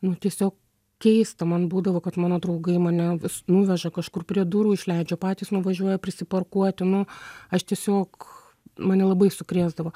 nu tiesio keista man būdavo kad mano draugai mane s nuveža kažkur prie durų išleidžia patys nuvažiuoja prisiparkuoti nu aš tiesiog mane labai sukrėsdavo